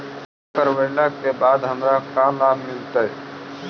बीमा करवला के बाद हमरा का लाभ मिलतै?